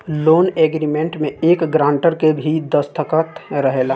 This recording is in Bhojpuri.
लोन एग्रीमेंट में एक ग्रांटर के भी दस्तख़त रहेला